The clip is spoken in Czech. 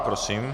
Prosím.